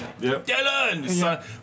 Dylan